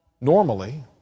Normally